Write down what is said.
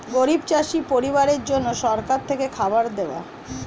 গরিব চাষি পরিবারের জন্য সরকার থেকে খাবার দেওয়া